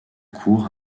cour